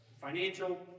financial